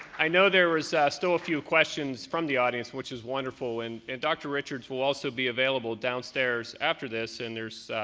i know there's ah still a few questions from the audience which is wonderful, and and dr. richards will also be available downstairs after this, and there's